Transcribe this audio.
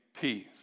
peace